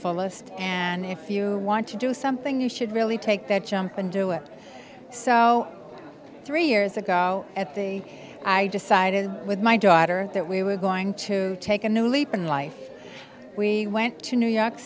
fullest and if you want to do something you should really take that jump and do it so three years ago at the i decided with my daughter that we were going to take a new leap in life we went to new york